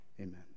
Amen